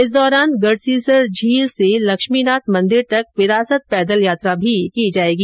इस दौरान गढ़सीसर झील से लक्ष्मीनाथ मंदिर तक विरासत पैदल यात्रा भी की जाएगी